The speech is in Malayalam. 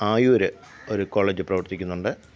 ആയൂര് ഒരു കോളേജ് പ്രവര്ത്തിക്കുന്നുണ്ട്